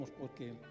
porque